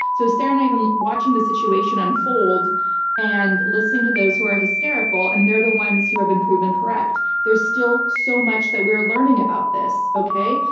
so sarah and i have been watching the situation unfold and listening to those who are hysterical and they're the ones who have been proven correct. there's still so much that we're learning about this. okay.